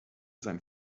sein